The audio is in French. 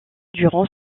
durant